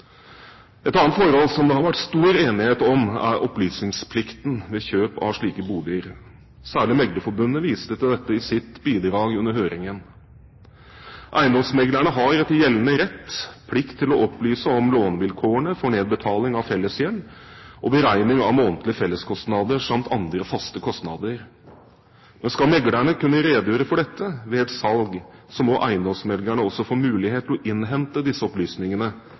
Et annet forhold som det har vært stor enighet om, er opplysningsplikten ved kjøp av slike boliger. Særlig meglerforbundet viste til dette i sitt bidrag under høringen. Eiendomsmeglerne har etter gjeldende rett plikt til å opplyse om lånevilkårene for nedbetaling av fellesgjeld og beregning av månedlige felleskostnader samt andre faste kostnader. Men skal meglerne kunne redegjøre for dette ved et salg, må eiendomsmeglerne også få muligheter til å innhente disse opplysningene